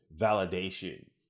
validation